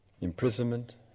imprisonment